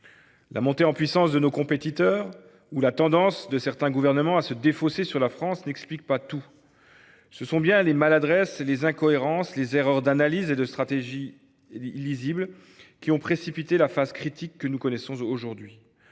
La montée en puissance de nos compétiteurs et la tendance de certains gouvernements à se défausser sur la France n’expliquent pas tout. Ce sont bien les maladresses et les incohérences, les erreurs d’analyse et les stratégies illisibles, qui ont précipité la phase critique que nous connaissons aujourd’hui.